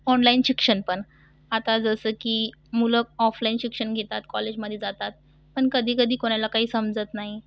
online शिक्षण पण आता जसं की मुलं ऑफलाइन शिक्षण घेतात कॉलेजमध्ये जातात पण कधी कधी कोणाला काही समजत नाही